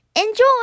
Enjoy